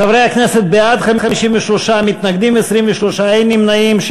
חברי הכנסת, בעד, 53, מתנגדים, 23, ואין נמנעים.